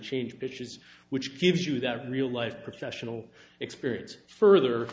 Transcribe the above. change pitches which gives you that real life professional experience further